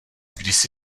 kdysi